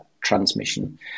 transmission